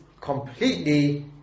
completely